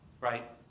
Right